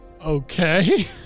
Okay